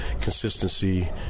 consistency